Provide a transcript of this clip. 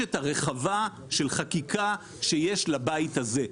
המברשת הרחבה של חקיקה שיש לבית הזה,